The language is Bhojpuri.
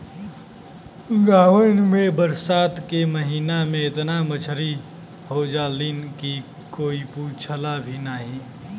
गांवन में बरसात के महिना में एतना मछरी हो जालीन की कोई पूछला भी नाहीं